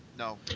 No